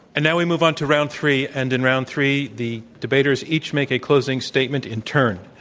and now, we move on to round three. and in round three, the debaters each make a closing statement in turn.